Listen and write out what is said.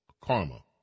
karma